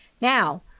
Now